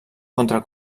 contra